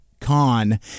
con